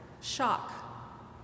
shock